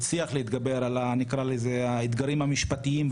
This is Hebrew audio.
מתגבר על אני אקרא לזה האתגרים המשפטיים,